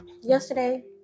Yesterday